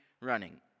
running